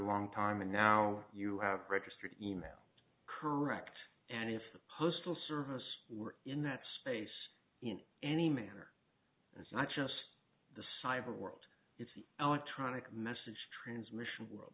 long time and now you have registered e mail correct and if the postal service were in that space in any manner that's not just the cyber world it's our tonic message transmission world